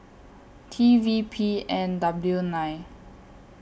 T V P N W nine